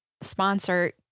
sponsor